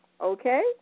Okay